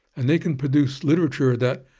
and they can produce literature that,